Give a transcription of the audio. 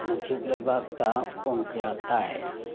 ꯅꯣꯡꯆꯨꯞ ꯂꯩꯕꯥꯛꯇ ꯄꯨꯡ ꯀꯌꯥ ꯇꯥꯏ